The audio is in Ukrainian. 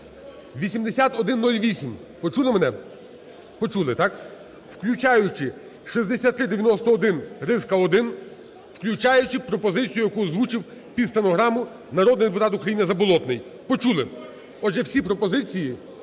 8108. Почули мене? Почули, так. Включаючи 6391-1. Включаючи пропозицію, яку озвучив під стенограму народний депутат України Заболотний. Почули. Отже, всі пропозиції